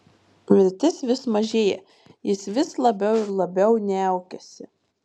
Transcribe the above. viltis vis mažėja jis vis labiau ir labiau niaukiasi